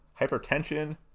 Hypertension